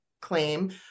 claim